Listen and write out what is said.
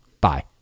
bye